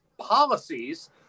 policies